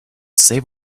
save